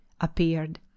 appeared